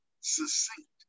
succinct